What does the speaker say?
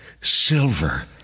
silver